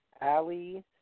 Allie